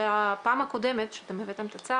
בפעם הקודמת כשבאתם הבאתם את הצו,